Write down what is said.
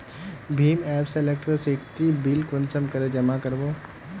भीम app से electricity bill कुंसम करे जमा कर बो?